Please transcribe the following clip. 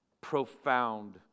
profound